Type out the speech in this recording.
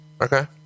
Okay